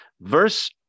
Verse